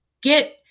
get